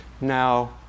Now